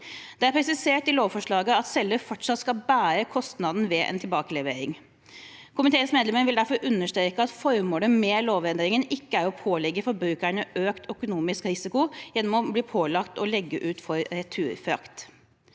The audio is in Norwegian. Det er presisert i lovforslaget at selger fortsatt skal bære kostnaden ved en tilbakelevering. Komiteens medlemmer vil derfor understreke at formålet med lovendringen ikke er å pålegge forbrukerne økt økonomisk risiko gjennom å bli pålagt å legge ut for returfrakt.